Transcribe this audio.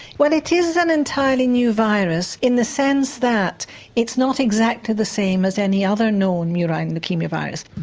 well it is an entirely new virus in the sense that it's not exactly the same as any other known murine leukaemia virus.